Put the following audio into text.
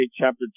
chapter